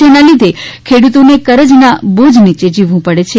જેના લીધે ખેડૂતોને કરજના બોજ નીચે જીવવું પડે છે